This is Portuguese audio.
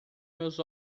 meus